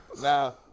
now